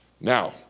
Now